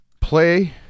play